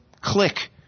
click